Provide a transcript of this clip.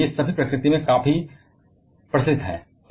इसलिए ये सभी प्रकृति में काफी प्रचलित हैं